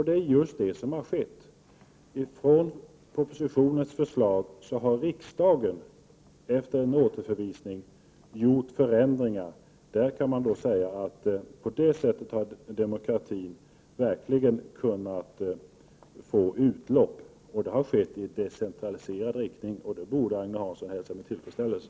Det är just detta som har skett. Riksdagen har, efter en återförvisning, gjort förändringar i propositionens förslag. Där kan man säga att demokratin verkligen har fått utlopp. Detta har skett i decentraliserande riktning, och det borde Agne Hansson hälsa med tillfredsställelse.